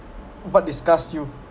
what disgust you